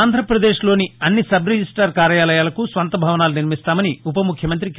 ఆంధ్రాపదేశ్లోని అన్ని సబ్రిజిస్టార్ కార్యాలయాలకు స్వంత భవనాలు నిర్మిస్తామని ఉపముఖ్యమంత్రి కె